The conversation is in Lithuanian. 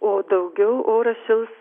o daugiau oras šils